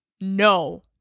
no